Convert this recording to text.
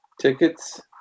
tickets